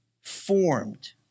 formed